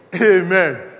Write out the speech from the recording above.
Amen